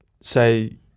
say